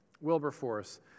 Wilberforce